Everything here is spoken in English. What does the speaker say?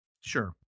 Sure